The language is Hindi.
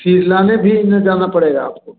फिर लाने भी ना जाना पड़ेगा आपको